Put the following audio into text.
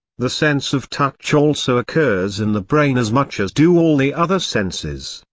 the sense of touch also occurs in the brain as much as do all the other senses.